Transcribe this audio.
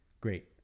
great